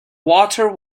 water